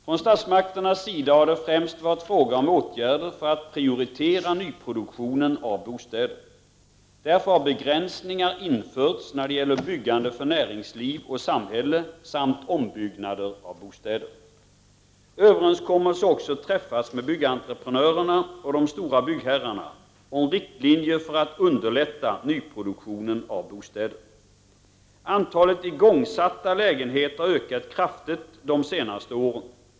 Från statsmakternas sida har det främst varit fråga om åtgärder för att prioritera nyproduktionen av bostäder. Därför har begränsningar införts när det gäller byggande för näringsliv och samhälle samt ombyggnader av bostäder. Överenskommelse har också träffats med byggentreprenörerna och de stora byggherrarna om riktlinjer för att underlätta nyproduktionen av bostäder. Antalet igångsatta lägenheter har ökat kraftigt de senaste åren.